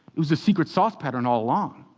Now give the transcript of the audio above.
it was the secret sauce pattern all along.